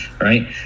right